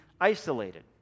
isolated